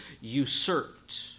usurped